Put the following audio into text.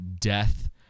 death